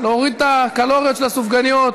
להוריד את הקלוריות של הסופגניות.